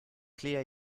clear